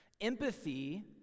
Empathy